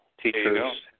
teachers